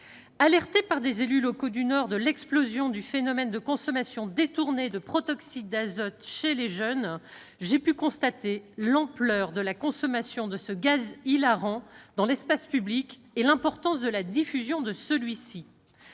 alertée par des élus locaux du Nord de l'explosion du phénomène de consommation détournée du protoxyde d'azote chez les jeunes, j'ai pu constater l'ampleur de la consommation de ce gaz hilarant dans l'espace public et l'importance de la diffusion de ce